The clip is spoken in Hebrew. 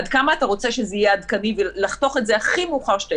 עד כמה אתה רוצה שזה יהיה עדכני ולחתוך את זה הכי מאוחר שאתה